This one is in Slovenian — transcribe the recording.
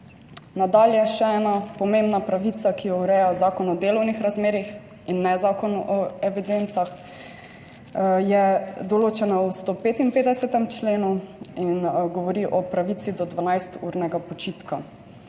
Nadalje še ena pomembna pravica, ki jo ureja Zakon o delovnih razmerjih in ne Zakon o evidencah, je določena v 155. členu in govori o pravici do 12 urnega počitka,